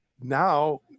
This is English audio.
now